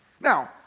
Now